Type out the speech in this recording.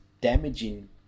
damaging